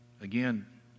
again